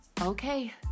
Okay